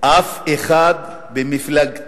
אף אחד במפלגתנו,